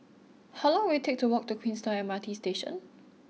how long will it take to walk to Queenstown M R T Station